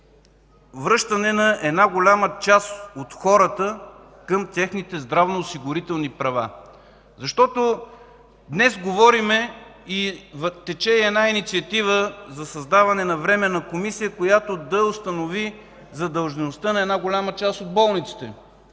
връщане на голяма част от хората към техните здравноосигурителни права. Днес говорим и тече инициатива за създаване на временна комисия, която да установи задлъжнялостта на голяма част от болниците,